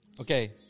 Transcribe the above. Okay